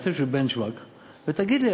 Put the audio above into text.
ותגיד לי.